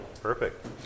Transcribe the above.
perfect